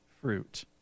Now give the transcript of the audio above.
fruit